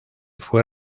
fue